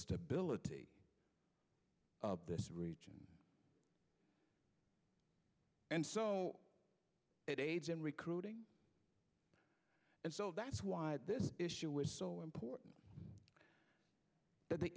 stability of this region and so it aids in recruiting and so that's why this issue is so important that the